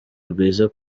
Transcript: rwiza